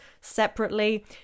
separately